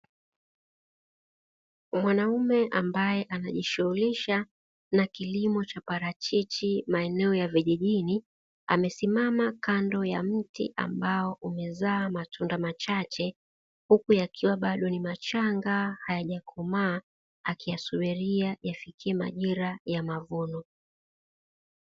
Mwanaume ambaye anajishuhulisha na kilimo cha parachichi maeneo ya vijijini, amesimama kando ya mti ambao umezaa matunda machache huku yakiwa bado ni machanga; hayajakomaa akiyasubiria yafikie majira ya mavuno.